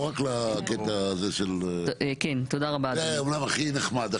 לא רק לקטע הזה של זה אמנם הכי נחמד,